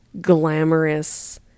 glamorous